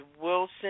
Wilson